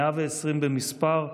120 במספר,